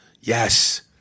Yes